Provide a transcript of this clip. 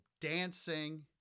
dancing